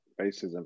racism